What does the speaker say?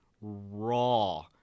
raw